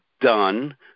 done